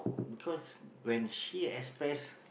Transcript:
because when she express